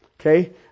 Okay